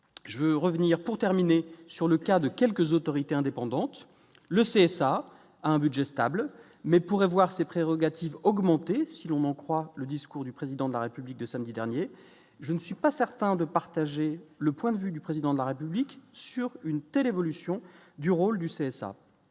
je veux revenir pour terminer sur le cas de quelques autorités indépendante le CSA un budget stable mais pourrait voir ses prérogatives augmenter si l'on en croit le discours du président de la République de samedi dernier, je ne suis pas certain de partager le point de vue du président de la République sur une telle évolution du rôle du CSA